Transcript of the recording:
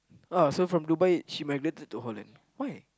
uh so from Dubai she migrated to Holland why